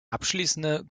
abschließende